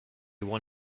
won